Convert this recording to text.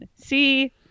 see